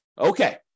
Okay